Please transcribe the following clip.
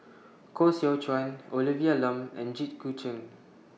Koh Seow Chuan Olivia Lum and Jit Koon Ch'ng